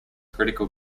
critical